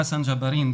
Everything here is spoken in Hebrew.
חסן ג'בארין,